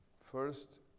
first